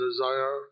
desire